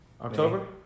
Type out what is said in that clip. October